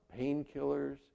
painkillers